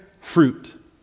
fruit